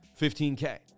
15K